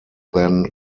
then